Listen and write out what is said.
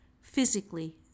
physically